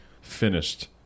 finished